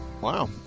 Wow